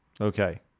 Okay